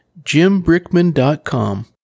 Jimbrickman.com